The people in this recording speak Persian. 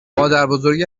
مادربزرگ